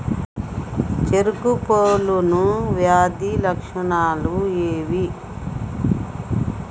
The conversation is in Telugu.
చెరుకు పొలుసు వ్యాధి లక్షణాలు ఏవి?